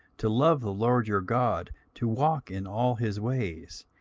to love the lord your god, to walk in all his ways,